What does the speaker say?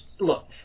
look